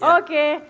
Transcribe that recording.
okay